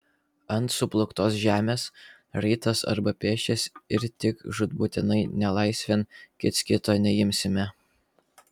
ant suplūktos žemės raitas arba pėsčias ir tik žūtbūtinai nelaisvėn kits kito neimsime